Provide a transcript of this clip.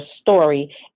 story